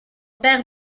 père